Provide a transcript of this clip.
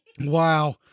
Wow